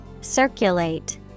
Circulate